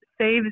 saves